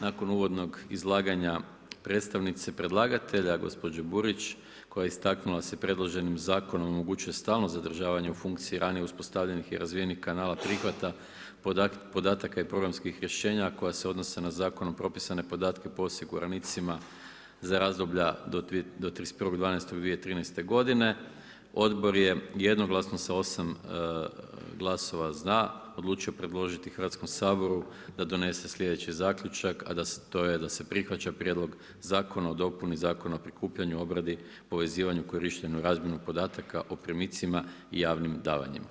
Nakon uvodnog izlaganja predstavnice predlagatelja gospođe Burić koja je istaknula da se predloženim zakonom omogućuje stalno zadržavanje u funkciji ranije uspostavljenih i razvijenih kanala prihvata, podatak i programskih rješenja a koja se odnose na zakonom propisane podatke po osiguranicima za razdoblja do 31.12.2013. godine, odbor je jednoglasno, sa 8 glasova za, odlučio predložiti Hrvatskom saboru da donese slijedeći zaključak a to je da se prihvaća Prijedlog zakona o dopuni zakona o prikupljanju, obradi, povezivanju, korištenju i razmjeni podataka o primicima i javnim davanjima.